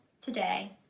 today